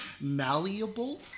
malleable